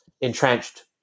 entrenched